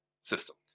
system